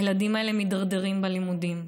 הילדים האלה מידרדרים בלימודים.